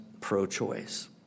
pro-choice